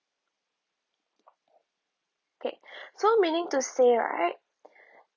K so meaning to say right